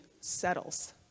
settles